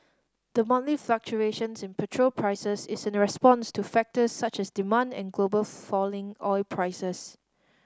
the monthly fluctuations in petrol prices is in response to factors such as demand and global falling oil prices